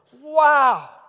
Wow